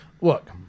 look